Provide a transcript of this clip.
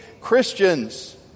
Christians